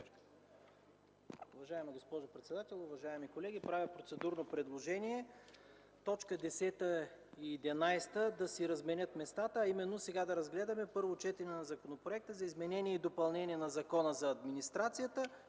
Уважаема госпожо председател, уважаеми колеги! Правя процедурно предложение точки 10 и 11 да разменят местата си, а именно сега да разгледаме Законопроекта за изменение и допълнение на Закона за администрацията,